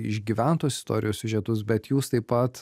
išgyventos istorijos siužetus bet jūs taip pat